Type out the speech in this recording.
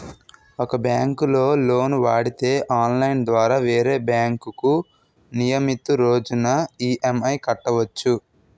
ఒక బ్యాంకులో లోను వాడితే ఆన్లైన్ ద్వారా వేరే బ్యాంకుకు నియమితు రోజున ఈ.ఎం.ఐ కట్టవచ్చు